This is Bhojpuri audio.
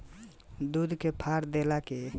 दूध के फार देला के बाद ओकरे पनीर बना दीहल जला